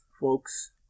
folks